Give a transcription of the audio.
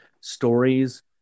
stories